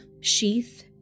sheath